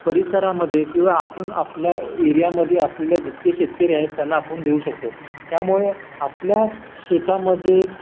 परिसरामध्ये किंवा आपण आपल्या एरियामध्ये असलेल्या जितके शेतकरी आहेत त्यांना आपण देऊ शकतो त्यामुळे आपल्या शेतामध्ये